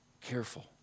Careful